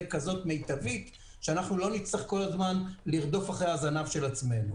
כזו מיטבית שאנחנו לא נצטרך כל הזמן לרדוף אחרי הזנב של עצמנו,